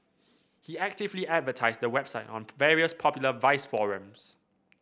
he actively advertised the website on various popular vice forums